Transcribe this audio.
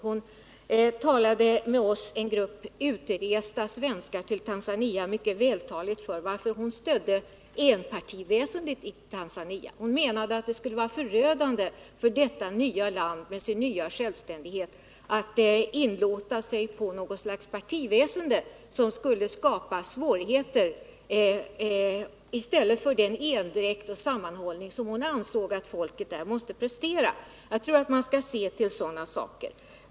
Hon berättade för oss —en grupp svenskar som rest ut till Tanzania — mycket vältaligt om varför hon stödde enpartiväsendet i Tanzania. Hon menade att det skulle vara förödande för detta nya land med sin nya självständighet att inlåta sig på något slags partiväsende som skulle skapa svårigheter i stället för den endräkt och sammanhållning som hon ansåg att folket där måste prestera. Jag tror att man skall lyssna på sådana skäl.